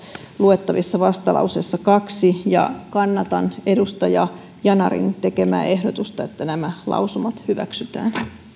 luettavissa vastalauseesta kaksi ja kannatan edustaja yanarin tekemää ehdotusta että nämä lausumat hyväksytään